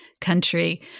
country